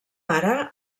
ara